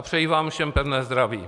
Přeji vám všem pevné zdraví.